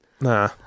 Nah